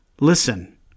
listen